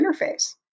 interface